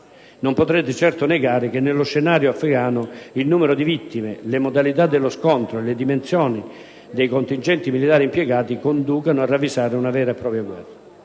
Non potrete certo negare che nello scenario afgano il numero di vittime, le modalità dello scontro e le dimensioni dei contingenti militari impiegati conducano a ravvisare una vera e propria guerra.